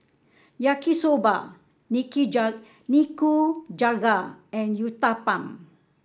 Yaki Soba Nikujaga and Uthapam